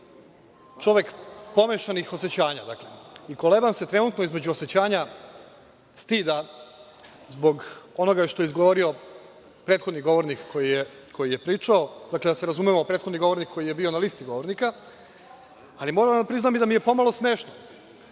čovek pomešanih osećanja. Kolebam se trenutno između osećanja stida zbog onoga što je izgovorio prethodni govornik koji je pričao, dakle da se razumemo, prethodni govornik koji je bio na listi govornika, ali moram da priznam i da mi je pomalo smešno.